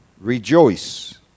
rejoice